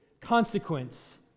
consequence